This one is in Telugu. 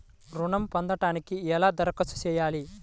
ఋణం పొందటానికి ఎలా దరఖాస్తు చేయాలి?